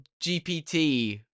GPT